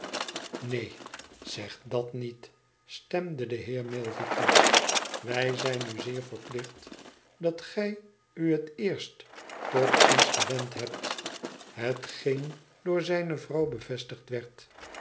neen zeg dat niet stemde de heer milvey toe wij zijn u zeer verplicht dat gij u het eerst tot ons gewend hebt hetgeen door zijne vrouw bevestigd werd